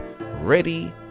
ready